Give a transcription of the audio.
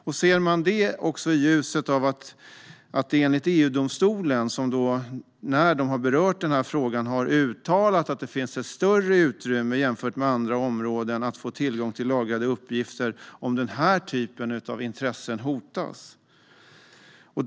Man kan också se det i ljuset av att EU-domstolen har uttalat att det finns ett större utrymme jämfört med andra områden att få tillgång till lagrade uppgifter om den här typen av intressen hotas.